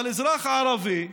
אבל אזרח ערבי,